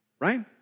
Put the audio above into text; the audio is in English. right